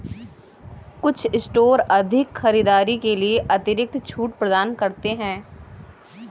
कुछ स्टोर अधिक खरीदारी के लिए अतिरिक्त छूट प्रदान करते हैं